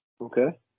Okay